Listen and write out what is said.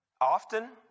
often